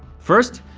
first,